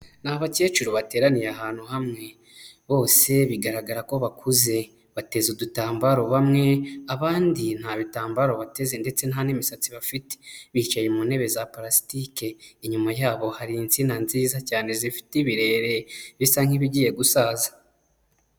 Ni abakecuru bateraniye ahantu hamwe, bose bigaragara ko bakuze, bateza udutambaro bamwe, abandi nta bitambaro bateze ndetse nta n'imishatsi bafite, bicaye mu ntebe za purasitike, inyuma yabo hari insina nziza cyane zifite ibirere bisa nk'ibigiye gusaza.